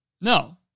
No